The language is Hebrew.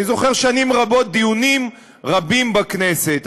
אני זוכר שנים רבות של דיונים רבים בכנסת.